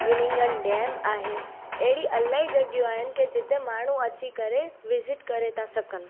Willingdon dam आहे अहिड़ी इलाही जॻहियूं आहिनि की जिते माण्हू अची करे विज़िट करे था सघनि